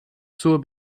zur